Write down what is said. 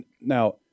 now